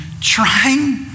trying